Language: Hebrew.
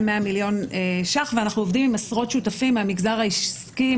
100 מיליון שקלים ואנחנו עובדים עם עשרות שותפים מהמגזר העסקי,